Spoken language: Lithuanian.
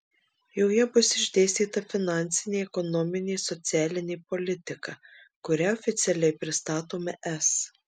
joje bus išdėstyta finansinė ekonominė socialinė politika kurią oficialiai pristatome es